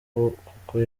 kuko